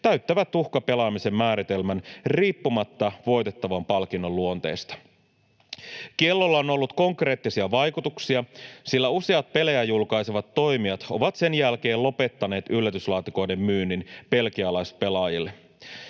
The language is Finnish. täyttävät uhkapelaamisen määritelmän riippumatta voitettavan palkinnon luonteesta. Kiellolla on ollut konkreettisia vaikutuksia, sillä useat pelejä julkaisevat toimijat ovat sen jälkeen lopettaneet yllätyslaatikoiden myynnin belgialaispelaajille.